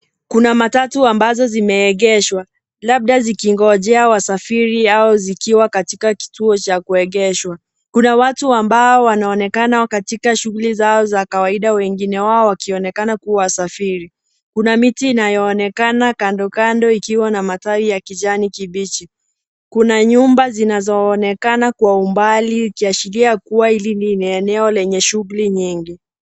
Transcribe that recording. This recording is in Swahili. Kuna matatu ambazo zimeegeshwa, labda zikingojea wasafiri au zikiwa katika kituo cha kuegeshwa. Kuna watu ambao wanaonekana katika shughuli zao za kawaida, wengine wao wakionekana kuwa wasafiri . Kuna miti inayoonekana kando kando ikiwa na matawi ya kijani kibichi . Kuna nyumba zinazoonekana kwa umbali ikiashiria kuwa , hili ni eneo lenye shughuli nyingi.